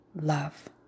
love